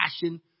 passion